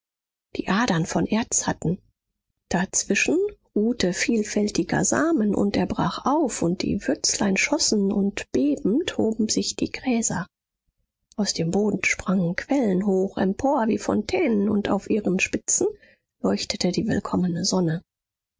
die adern von erz hatten dazwischen ruhte vielfältiger samen und er brach auf und die würzlein schossen und bebend hoben sich die gräser aus dem boden sprangen quellen hoch empor wie fontänen und auf ihren spitzen leuchtete die willkommene sonne